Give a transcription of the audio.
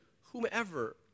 whomever